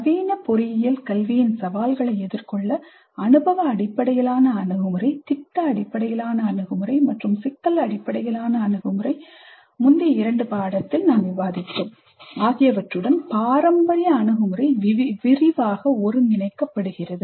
நவீன பொறியியல் கல்வியின் சவால்களை எதிர்கொள்ள அனுபவ அடிப்படையிலான அணுகுமுறை திட்ட அடிப்படையிலான அணுகுமுறை மற்றும் சிக்கல் அடிப்படையிலான அணுகுமுறை முந்தைய இரண்டு பாடத்தில் நாம் விவாதித்தோம் ஆகியவற்றுடன் பாரம்பரிய அணுகுமுறை விரிவாக ஒருங்கிணைக்கப்படுகிறது